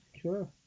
sure